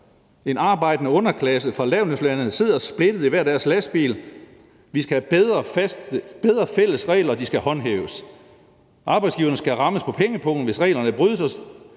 En arbejdende underklasse fra lavtlønslande sidder splittet i hver deres lastbil, og vi skal have bedre fælles regler, og de skal håndhæves. Arbejdsgiverne skal rammes på pengepungen, hvis reglerne brydes,